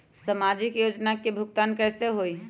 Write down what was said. समाजिक योजना के भुगतान कैसे होई?